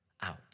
out